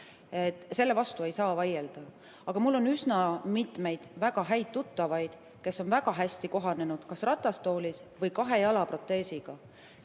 Selle vastu ei saa vaielda. Aga mul on üsna mitmeid väga häid tuttavaid, kes on väga hästi kohanenud kas ratastooliga või kahe jalaproteesiga,